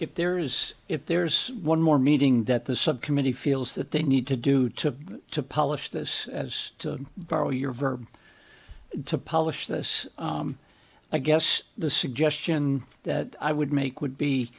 if there is if there's one more meeting that the sub committee feels that they need to do to polish this as to borrow your verb to polish this i guess the suggestion that i would make would be